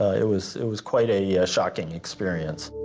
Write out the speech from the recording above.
ah it was it was quite a yeah shocking experience.